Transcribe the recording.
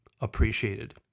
appreciated